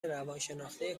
روانشناختی